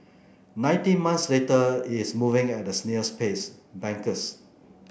nineteen months later it's moving at a snail's pace bankers